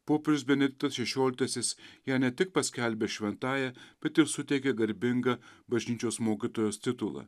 popiežius benediktas šešioliktasis ją ne tik paskelbė šventąja bet ir suteikė garbingą bažnyčios mokytojos titulą